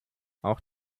auch